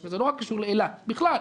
זה לא רק קשור לאילת אלא בכלל,